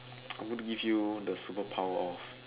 I want to give you the superpower of